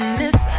miss